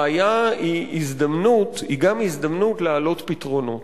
בעיה היא גם הזדמנות להעלות פתרונות.